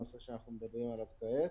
הנושא שאנחנו מדברים עליו כעת.